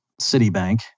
Citibank